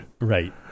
Right